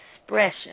expression